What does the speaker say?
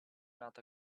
not